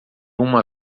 uma